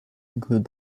include